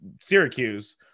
Syracuse